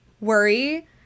worry